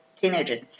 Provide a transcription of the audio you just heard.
teenagers